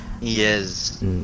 Yes